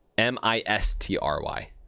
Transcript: m-i-s-t-r-y